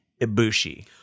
Ibushi